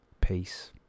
peace